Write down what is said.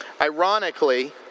Ironically